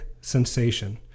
sensation